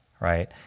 right